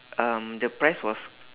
um the price was